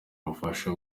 ubufasha